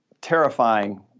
terrifying